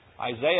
Isaiah